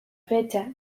fecha